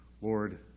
Lord